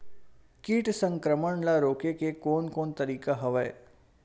कीट संक्रमण ल रोके के कोन कोन तरीका हवय?